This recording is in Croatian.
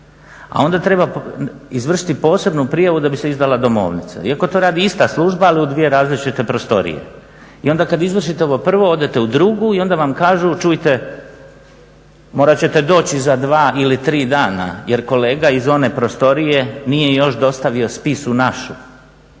a onda treba izvršiti posebnu prijavu da bi se izdala domovnica iako to radi ista služba ali u dvije različite prostorije. I onda kad izvršite ovo prvo, odete u drugu i onda vam kažu čujte morat ćete doći za dva ili tri dana jer kolega iz one prostorije nije još dostavio spis u našu.